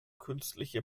künstliche